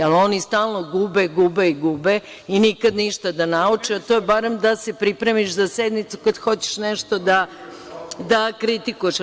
Ali, oni stalno gube, gube i gube i nikad ništa da nauče, a to je barem da se pripremiš za sednicu kad hoćeš nešto da kritikuješ.